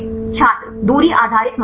छात्र दूरी आधारित मानदंड